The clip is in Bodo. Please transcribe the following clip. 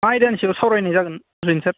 मा आयदानि सायाव सावरायनाय जागोन ओरैनो सार